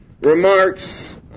remarks